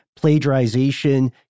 plagiarization